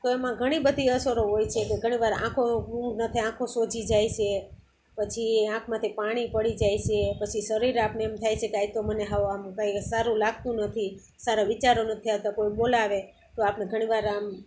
તો એમાં ઘણી બધી અસરો હોય છે કે ઘણી વાર આંખો ઊંઘ માથે આંખો સોજી જાય સે પછી આંખમાંથી પાણી પડી જાય સે પછી શરીર આપને એમ થાય છે કે આજ મને હાવ આમ કાંઈ સારું લાગતું નથી સારા વિચારો નથી આવતા કોઈ બોલાવે તો આપણને ઘણી વાર આમ